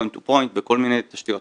point to point וכל מיני תשתיות,